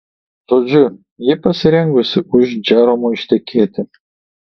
žodžiu ji pasirengusi už džeromo ištekėti